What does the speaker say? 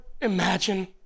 imagine